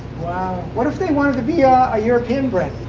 wow. what if they wanted to be ah a european brand,